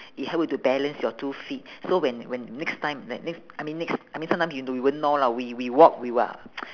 it help you to balance your two feet so when when next time the next I mean next I mean sometime you do won't know lah we we walk we will